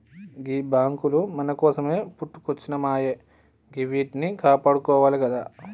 గీ బాంకులు మన కోసమే పుట్టుకొచ్జినయాయె గివ్విట్నీ కాపాడుకోవాలె గదా